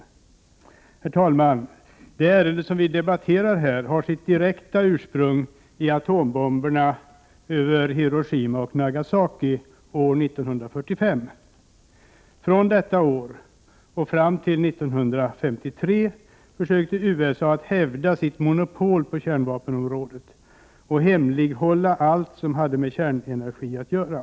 Det ärende som vi debatterar här i dag har sitt direkta ursprung i atombomberna över Hiroshima och Nagasaki år 1945. Från detta år och fram till 1953 försökte USA att hävda sitt monopol på kärnvapenområdet och hemlighålla allt som hade med kärnenergi att göra.